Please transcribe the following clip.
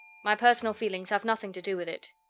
my personal feelings have nothing to do with it.